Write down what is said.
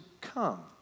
come